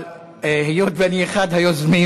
אבל היות שאני אחד היוזמים,